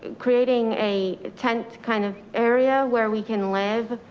creating a tent kind of area where we can live